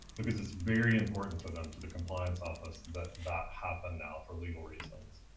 because it's very important to them, to the compliance office that that happen now for legal reasons.